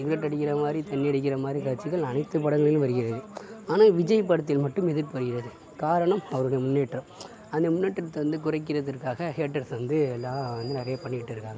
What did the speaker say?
cigarette அடிக்கிற மாதிரி தண்ணி அடிக்கிற மாதிரி காட்சிகள் அனைத்து படங்களிலும் வருகிறது ஆனால் விஜய் படத்தில் மட்டும் எதிர்ப்பு வருகிறது காரணம் அவருடைய முன்னேற்றம் அந்த முன்னேற்றத்தை வந்து குறைக்கிறதுக்காக ஹேட்டர்ஸ் வந்து எல்லா நிறைய பண்ணிகிட்டிருக்காங்க